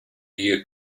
near